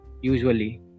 usually